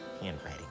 handwriting